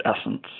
essence